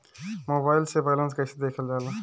Mobile से balance कइसे देखल जाला?